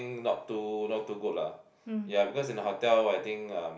think not too not too good lah ya because in the hotel I think um